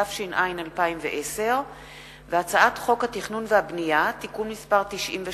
התש"ע 2010; והצעת חוק התכנון והבנייה (תיקון מס' 93)